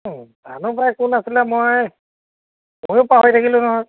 জানো পাই কোন আছিলে মই ময়ো পাহৰি থাকিলোঁ নহয়